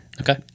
Okay